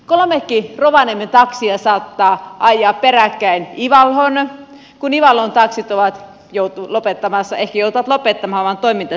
kolmekin rovaniemen taksia saattaa ajaa peräkkäin ivaloon kun ivalon taksit ehkä joutuvat lopettamaan oman toimintansa sen takia